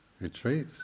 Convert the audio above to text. retreat